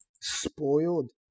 spoiled